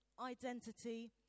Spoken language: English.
identity